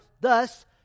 Thus